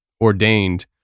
ordained